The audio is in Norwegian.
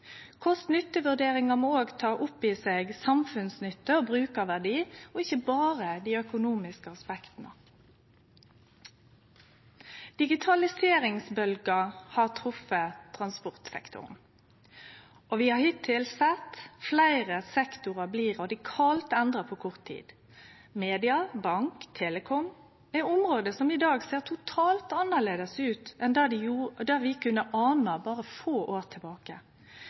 må òg ta opp i seg samfunnsnytte og brukarverdi og ikkje berre dei økonomiske aspekta. Digitaliseringsbølgja har treft transportsektoren. Vi har hittil sett fleire sektorar bli radikalt endra på kort tid. Media, bank og telecom er område som i dag ser totalt annleis ut enn det vi kunne ane berre få år tilbake.